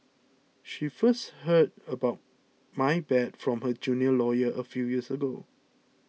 she first heard about my bad from her junior lawyer a few years ago